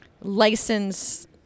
license